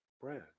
brand